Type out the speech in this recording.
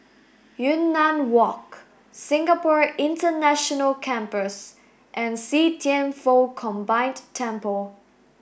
Yunnan Walk Singapore International Campus and See Thian Foh Combined Temple